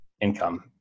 income